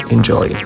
Enjoy